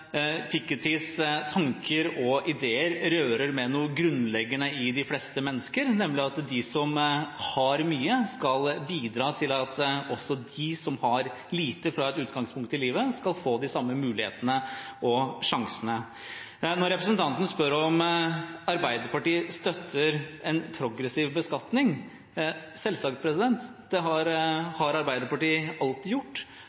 Pikettys tanker og ideer rører ved noe grunnleggende i de fleste mennesker, nemlig at de som har mye, skal bidra til at også de som har lite fra sitt utgangspunkt i livet, skal få de samme mulighetene og sjansene. Når representanten spør om Arbeiderpartiet støtter en progressiv beskatning, er svaret: Selvsagt, det har Arbeiderpartiet alltid gjort,